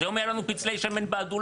אז היום היה לנו פצלי שמן באדולם.